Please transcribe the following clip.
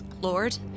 Lord